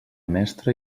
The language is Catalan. mestre